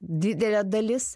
didelė dalis